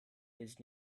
his